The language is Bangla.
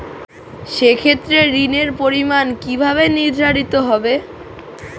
সে ক্ষেত্রে ঋণের পরিমাণ কিভাবে নির্ধারিত হবে?